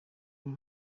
rero